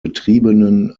betriebenen